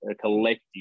collective